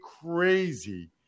crazy